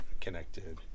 connected